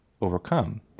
overcome